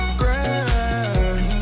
grand